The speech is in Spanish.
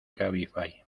cabify